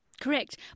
Correct